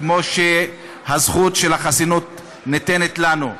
כמו שהזכות של החסינות ניתנת לנו.